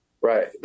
Right